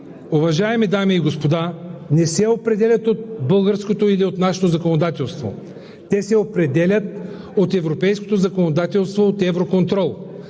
уважаеми дами и господа, не се определят от българското или от нашето законодателство, те се определят от европейското законодателство, от „Евроконтрол“.